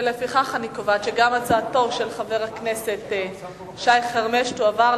לפיכך אני קובעת שגם הצעתו של חבר הכנסת שי חרמש תועבר,